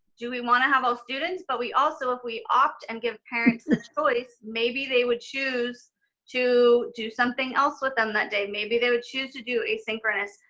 do we want to have all students, but we also, if we opt and give parents a choice, maybe they would choose to do something else with them that day, maybe they would choose to do asynchronous.